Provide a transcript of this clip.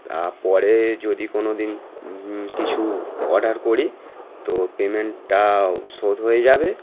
তা পরে যদি কোনো দিন কিছু অর্ডার করি তো পেমেন্টটাও শোধ হয়ে যাবে